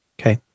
okay